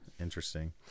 Interesting